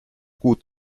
gut